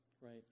right